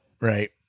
right